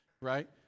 right